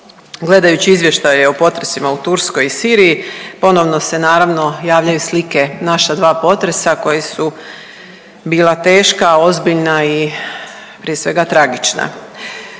Gledajući izvještaje o potresima u Turskoj i Siriji ponovno se naravno javljaju slike naša dva potresa koji su bila teška, ozbiljna i prije svega tragična.